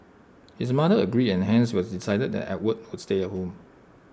his mother agreed and hence IT was decided that Edward would stay at home